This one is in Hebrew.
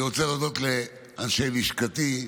אני רוצה להודות לאנשי לשכתי,